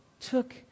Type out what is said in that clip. Took